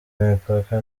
imipaka